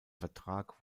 vertrag